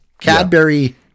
Cadbury